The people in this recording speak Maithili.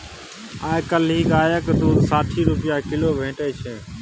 आइ काल्हि गायक दुध साठि रुपा किलो भेटै छै